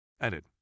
Edit